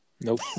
Nope